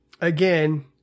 Again